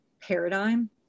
paradigm